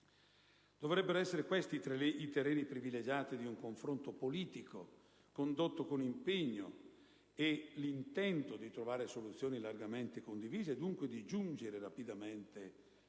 Dovrebbero essere questi i terreni privilegiati di un confronto politico condotto con impegno e con l'intento di trovare soluzioni largamente condivise, dunque di giungere a trovare rapidamente